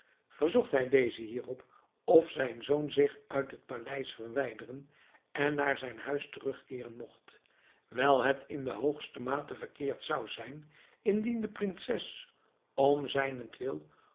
verzocht hij dezen hierop of zijn zoon zich uit het paleis verwijderen en naar zijn huis terugkeeren mocht wijl het in de hoogste mate verkeerd zou zijn indien de prinses om zijnentwil